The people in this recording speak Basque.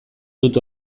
dut